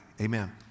Amen